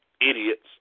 idiots